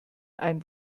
ein